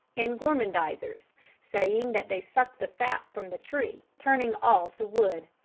and gormandizers, saying that they suck the sap from the tree, turning all to wood.